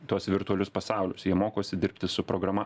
tuos virtualius pasaulius jie mokosi dirbti su programa